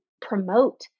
promote